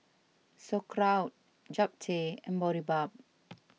Sauerkraut Japchae and Boribap